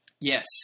Yes